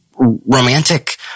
romantic